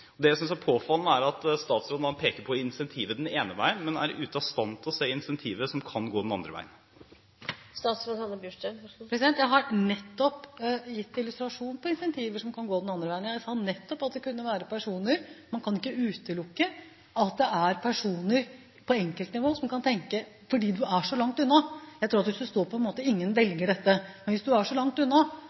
individstønaden. Det jeg synes er påfallende, er at statsråden peker på incentivet den ene veien, men er ute av stand til å se incentivet som kan gå den andre veien. Jeg har nettopp gitt illustrasjoner på incentiver som kan gå den andre veien. Jeg sa nettopp at man ikke kan utelukke at det er enkeltpersoner som kan tenke slik. Ingen velger dette, men jeg tror at hvis du er så langt unna